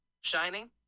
Shining